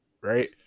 right